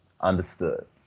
Understood